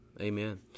Amen